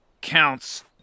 counts